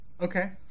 okay